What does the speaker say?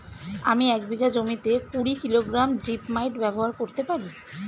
আমি এক বিঘা জমিতে কুড়ি কিলোগ্রাম জিপমাইট ব্যবহার করতে পারি?